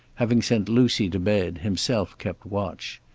having sent lucy to bed, himself kept watch.